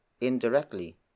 indirectly